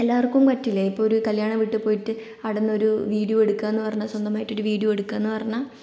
എല്ലാവർക്കും പറ്റില്ല ഇപ്പോൾ ഒരു കല്യാണ വീട്ടിൽ പോയിട്ട് അവിടെ നിന്നൊരു വീഡിയോ എടുക്കുകയെന്ന് പറഞ്ഞാൽ സ്വന്തമായിട്ടൊരു വീഡിയോ എടുക്കുക എന്ന് പറഞ്ഞാൽ